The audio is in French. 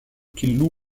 qu’il